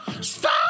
stop